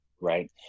right